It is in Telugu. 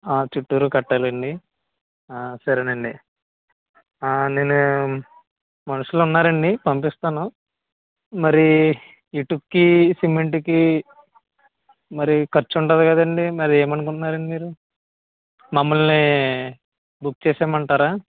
చుట్టూరు కట్టాలండి సరేనండి నేను మనుషులు ఉన్నారండి పంపిస్తాను మరీ ఇటుక్కి సిమెంటుకి మరి ఖర్చు ఉంటుంది కందండీ మరి ఏమనుకుంటున్నారండి మీరు మమల్ని బుక్ చేసేయమంటారా